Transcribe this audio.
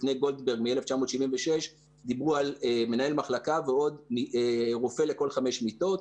תקני גולדברג מ-1976 דיברו על מנהל מחלקה ועוד רופא לכל חמש מיטות,